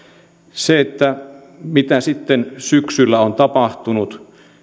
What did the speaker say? se mitä sitten syksyllä on tapahtunut